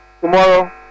Tomorrow